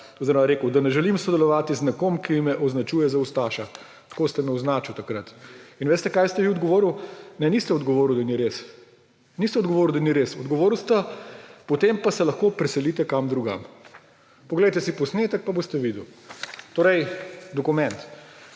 oziroma rekel, da ne želim sodelovati z nekom, ki me označuje za ustaša. Tako ste me označil takrat. In veste, kaj ste vi odgovorili? Ne, niste odgovorili, da ni res. Niste odgovorili, da ni res. Odgovorili ste – potem pa se lahko preselite kam drugam. Poglejte si posnetek pa boste videl. Torej, dokument.